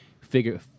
figure